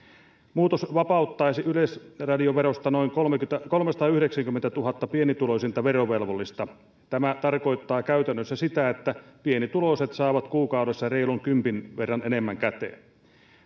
muutos vapauttaisi yleisradioverosta noin kolmesataayhdeksänkymmentätuhatta pienituloisinta verovelvollista tämä tarkoittaa käytännössä sitä että pienituloiset saavat kuukaudessa reilun kympin verran enemmän käteen